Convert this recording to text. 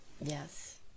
Yes